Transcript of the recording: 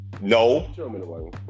No